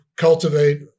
Cultivate